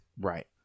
right